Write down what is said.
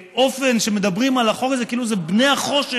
האופן שמדברים על החוק הזה, כאילו זה בני החושך